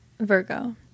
Virgo